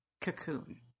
cocoon